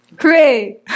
Hooray